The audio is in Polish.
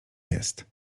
jest